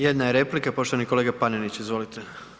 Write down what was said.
Jedna je replika, poštovani kolega Panenić, izvolite.